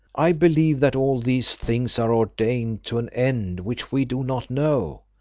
i believe that all these things are ordained to an end which we do not know.